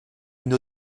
une